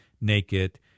naked